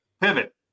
Pivot